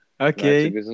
Okay